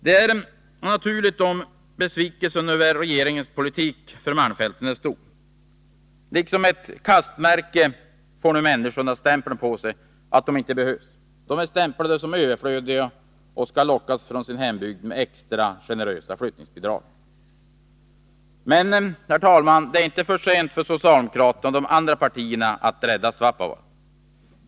Det är naturligt om besvikelsen är stor över regeringens politik för malmfälten. Liksom ett kastmärke får nu människorna stämpeln på sig att de inte behövs. De är stämplade som överflödiga och skall lockas från sin hembygd med extra generösa flyttningsbidrag. Men, herr talman, det är inte för sent för socialdemokraterna och de andra partierna att rädda Svappavaara.